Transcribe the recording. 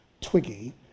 Twiggy